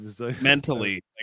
Mentally